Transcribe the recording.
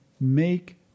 make